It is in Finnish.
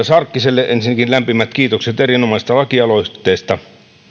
sarkkiselle ensinnäkin lämpimät kiitokset erinomaisesta lakialoitteesta